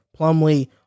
Plumlee